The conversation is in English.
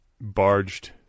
barged